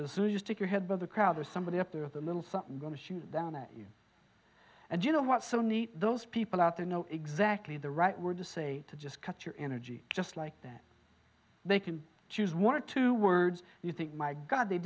because you stick your head above the crowd or somebody up there with a little something going to shoot down at you and you know what's so neat those people out there know exactly the right word to say to just cut your energy just like that they can choose one or two words you think my god they